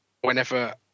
whenever